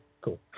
cool